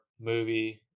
movie